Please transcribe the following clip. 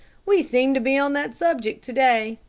we seem to be on that subject to-day.